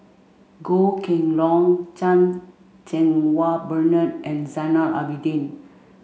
Goh Kheng Long Chan Cheng Wah Bernard and Zainal Abidin